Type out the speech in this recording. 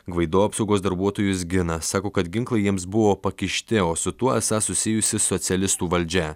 gvaido apsaugos darbuotojus gina sako kad ginklai jiems buvo pakišti o su tuo esą susijusi socialistų valdžia